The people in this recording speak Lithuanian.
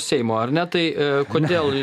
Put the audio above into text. seimo ar ne tai kodėl